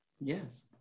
yes